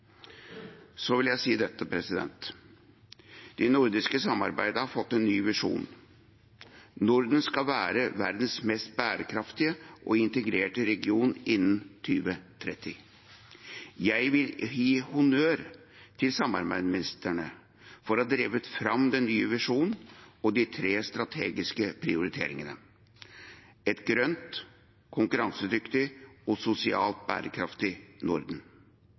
Så vil jeg si dette: Det nordiske samarbeidet har fått en ny visjon: Norden skal være verdens mest bærekraftige og integrerte region innen 2030. Jeg vil gi honnør til samarbeidsministerne for å ha drevet fram den nye visjonen og de tre strategiske prioriteringene: et grønt, konkurransedyktig og sosialt bærekraftig Norden.